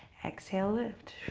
exhale, lift.